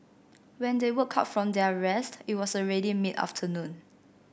when they woke up from their rest it was already mid afternoon